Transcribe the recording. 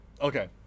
okay